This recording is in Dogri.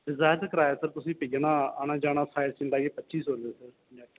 सर कराया तुसेंगी पेई जाना आना जाना तुसेंगी कोई पच्ची सो रुपेआ सर